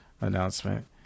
announcement